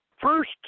First